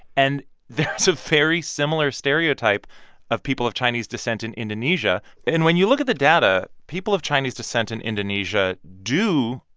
and there's a very similar stereotype of people of chinese descent in indonesia and when you look at the data, people of chinese descent in indonesia do,